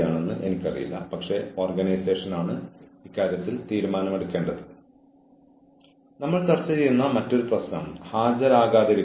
കൂടാതെ നിങ്ങൾ അച്ചടക്കം ഉറപ്പാക്കാൻ ശ്രമിക്കുമ്പോൾ വിവിധ കാര്യങ്ങൾ പാലിക്കേണ്ടതുണ്ടെന്ന് അച്ചടക്കത്തിന്റെ ന്യായമായ കാരണ മാനദണ്ഡം പ്രസ്താവിക്കുന്നു